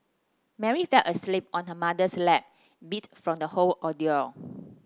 Mary fell asleep on her mother's lap beat from the whole ordeal